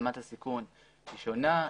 רמת הסיכון היא שונה,